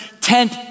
tent